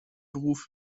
beruf